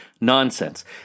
nonsense